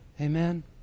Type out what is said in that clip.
Amen